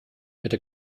bitte